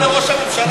גם לראש הממשלה, ?